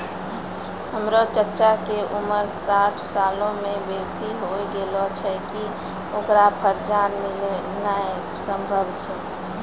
हमरो चच्चा के उमर साठ सालो से बेसी होय गेलो छै, कि ओकरा कर्जा मिलनाय सम्भव छै?